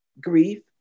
Grief